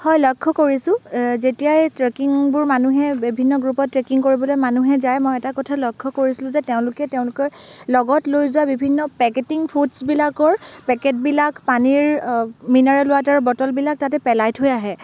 হয় লক্ষ্য কৰিছোঁ যেতিয়াই ট্ৰেকিংবোৰ মানুহে বিভিন্ন গ্ৰুপত ট্ৰেকিং কৰিবলৈ মানুহে যায় মই এটা কথা লক্ষ্য কৰিছিলোঁ যে তেওঁলোকে তেওঁলোকৰ লগত লৈ যোৱা বিভিন্ন পেকেটিং ফুডছবিলাকৰ পেকেটবিলাক পানীৰ মিনাৰেল ৱাটাৰৰ বটলবিলাক তাতে পেলাই থৈ আহে